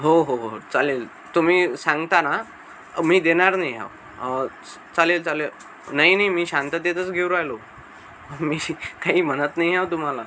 हो हो हो हो चालेल तुम्ही सांगता ना मी देणार नाही आहे च चालेल चालेल नाही नाही मी शांततेतच घेऊन राहिलो मी शी काही म्हणतं नाही आहे ओ तुम्हाला